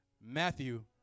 Matthew